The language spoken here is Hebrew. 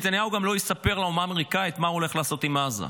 נתניהו גם לא יספר לאומה האמריקאית מה הוא הולך לעשות עם עזה.